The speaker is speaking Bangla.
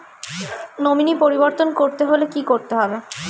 নমিনি পরিবর্তন করতে হলে কী করতে হবে?